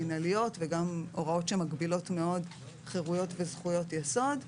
מינהליות וגם הוראות שמגבילות מאוד חירויות וזכויות יסוד,